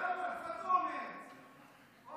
יאללה, אבל